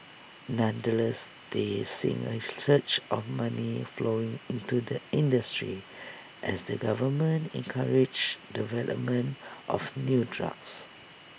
nonetheless they seeing A of money flowing into the industry as the government encourages development of new drugs